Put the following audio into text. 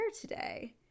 today